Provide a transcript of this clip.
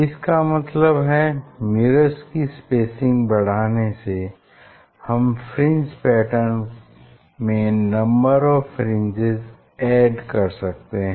इसका मतलब है मिरर्स की स्पेसिंग बढ़ाने से हम फ्रिंज पैटर्न में नम्बर ऑफ़ फ्रिंजेस ऐड कर सकते हैं